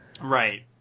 Right